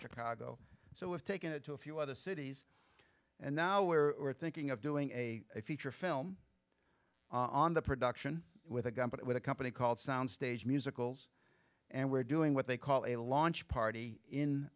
chicago so is taking it to a few other cities and now we were thinking of doing a feature film on the production with a gun but with a company called sound stage musicals and we're doing what they call a launch party in